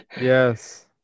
yes